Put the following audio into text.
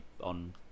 on